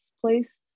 place